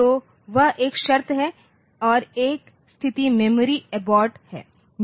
तो वह एक शर्त है और एक स्थिति मेमोरी एबॉर्ट है